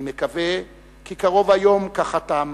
"אני מקווה כי קרוב היום", כך חתם,